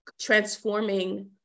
transforming